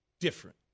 different